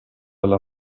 alla